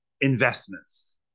investments